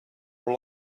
are